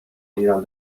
ایران